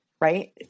right